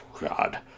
god